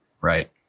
Right